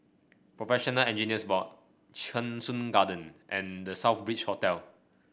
Professional Engineers Board Cheng Soon Garden and The Southbridge Hotel